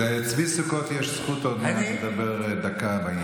לצבי סוכות יש עוד מעט זכות לדבר דקה בעניין הזה.